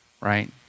right